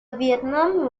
vietnam